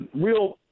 real